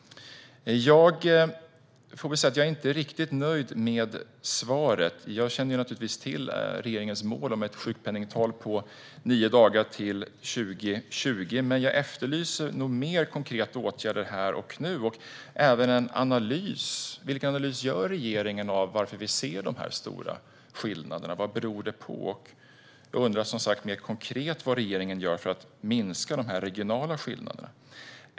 Jag är inte riktigt nöjd med svaret. Jag känner givetvis till regeringens mål om ett sjukpenningtal på nio dagar till 2020 men efterlyser mer konkreta åtgärder här och nu och även en analys. Vilken analys gör regeringen av varför vi ser dessa stora skillnader? Vad beror de på? Jag undrar vad regeringen gör mer konkret för att minska de regionala skillnaderna.